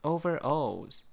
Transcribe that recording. ，Overalls